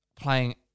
playing